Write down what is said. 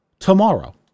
tomorrow